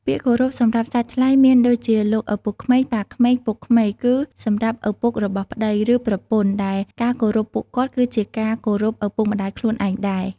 ពាក្យគោរពសម្រាប់សាច់ថ្លៃមានដូចជាលោកឪពុកក្មេក ប៉ាក្មេក ពុកក្មេក គឺសម្រាប់ឪពុករបស់ប្តី ឬប្រពន្ធ ដែលការគោរពពួកគាត់គឺជាការគោរពឪពុកម្ដាយខ្លួនឯងដែរ។